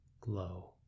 glow